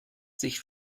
sich